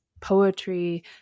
poetry